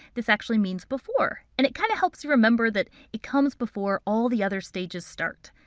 this actually means before. and it kind of helps you remember that it comes before all the other stages start.